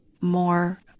more